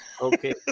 okay